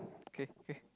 okay K